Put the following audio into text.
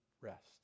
rest